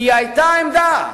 כי היתה עמדה